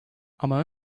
ama